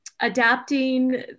adapting